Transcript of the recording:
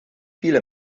viele